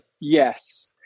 Yes